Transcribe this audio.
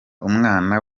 umwana